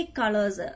colors